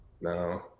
No